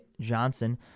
Johnson